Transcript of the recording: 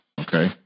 okay